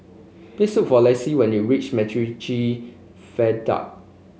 please look for Lacy when you reach MacRitchie Viaduct